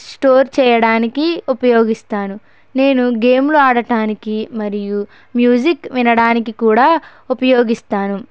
store చేయడానికి ఉపయోగిస్తాను నేను గేమ్లు ఆడటానికి మరియు మ్యూజిక్ వినడానికి కూడా ఉపయోగిస్తాను